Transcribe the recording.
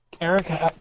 Eric